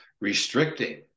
restricting